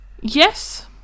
yes